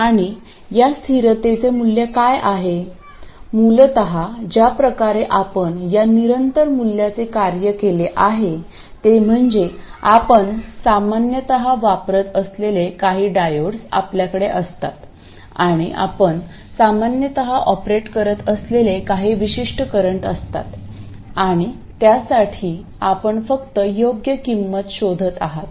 आणि या स्थिरतेचे मूल्य काय आहे मूलत ज्या प्रकारे आपण या निरंतर मूल्याचे कार्य केले आहे ते म्हणजे आपण सामान्यत वापरत असलेले काही डायोड्स आपल्याकडे असतात आणि आपण सामान्यत ऑपरेट करत असलेले काही विशिष्ट करंट असतात आणि त्यासाठी आपण फक्त योग्य किंमत शोधत आहात